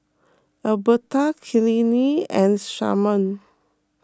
Alberta Kylene and Sharman